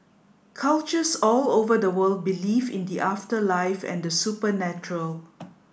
cultures all over the world believe in the afterlife and the supernatural